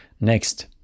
next